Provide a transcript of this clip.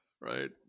right